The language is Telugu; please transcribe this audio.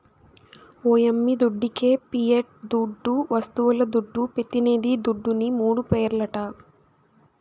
ఓ యమ్మీ దుడ్డికే పియట్ దుడ్డు, వస్తువుల దుడ్డు, పెతినిది దుడ్డుని మూడు పేర్లట